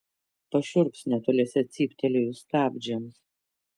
pašiurps netoliese cyptelėjus stabdžiams